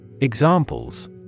Examples